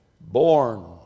Born